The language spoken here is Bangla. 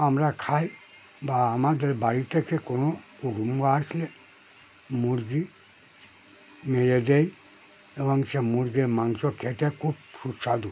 আমরা খাই বা আমাদের বাড়ি থেকে কোনো কুটুম্ব আসলে মুরগী মেরে দেয় এবং সে মুরগীর মাংস খেতে খুব সুস্বাদু